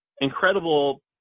incredible